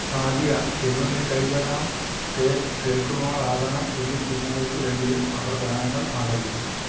ഹാദിയ ദൈവമേ കൈതൊഴാം കേൾക്കുമാറാകണം എന്നീ സിനിമകൾക്ക് വേണ്ടിയും അവർ ഗാനങ്ങൾ ആലപിച്ചു